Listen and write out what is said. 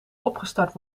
opgestart